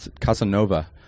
casanova